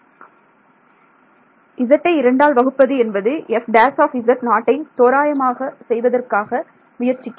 zஐ இரண்டால் வகுப்பது என்பது f′ஐ தோராயமாக செய்வதற்காக முயற்சிக்கிறேன்